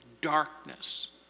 darkness